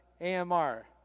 AMR